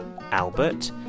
Albert